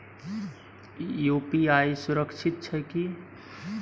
UPI सुरक्षित छै की?